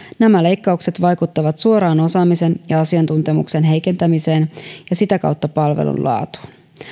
nämä leikkaukset vaikuttavat suoraan osaamisen ja asiantuntemuksen heikentämiseen ja sitä kautta palvelun laatuun